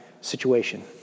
situation